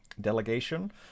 delegation